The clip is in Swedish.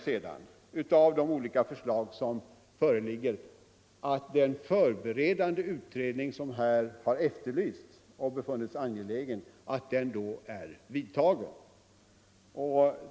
Då bör det vara viktigt, tycker jag, att den förberedande utredning som här har efterlysts och befunnits angelägen är genomförd, när man skall göra en samlad bedömning av de olika förslag som föreligger.